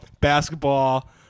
Basketball